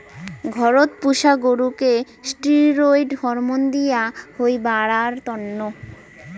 ঘরত পুষা গরুকে ষ্টিরৈড হরমোন দেয়া হই বাড়ার তন্ন